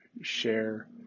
share